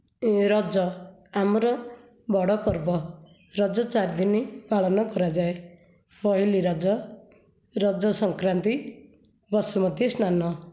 ଏ ରଜ ଆମର ବଡ଼ ପର୍ବ ରଜ ଚାରିଦିନ ପାଳନ କରାଯାଏ ପହିଲି ରଜ ରଜସଂକ୍ରାନ୍ତି ବସୁମତୀ ସ୍ନାନ